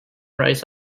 rights